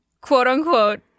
Quote-unquote